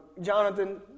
Jonathan